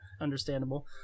understandable